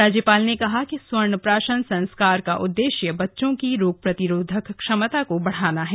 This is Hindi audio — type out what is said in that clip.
राज्यपाल ने कहा कि स्वर्ण प्राशन संस्कार का उद्देश्य बच्चों की रोग प्रतिरोधक क्षमता को बढ़ाना है